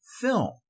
film